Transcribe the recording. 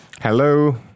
Hello